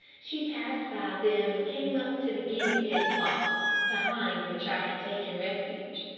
she passed by them and came up to the guinea pig's box, behind which i had taken refuge.